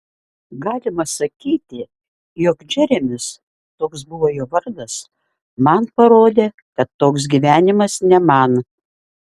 galima sakyti jog džeremis toks buvo jo vardas man parodė kad toks gyvenimas ne man